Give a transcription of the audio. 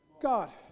God